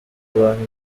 banki